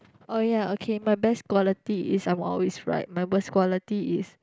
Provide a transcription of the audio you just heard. oh ya okay my best quality is I'm always right my worst quality is